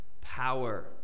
power